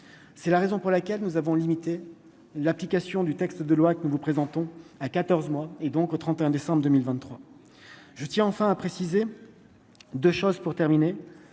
c'est la raison pour laquelle nous avons limité l'application du texte de loi que nous vous présentons à 14 mois et donc au 31 décembre 2023 je tiens enfin à préciser 2 choses pour terminer